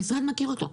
המשרד מכיר אותו.